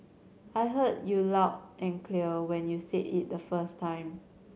I heard you loud and clear when you said it the first time